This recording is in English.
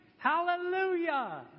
Hallelujah